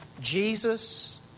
Jesus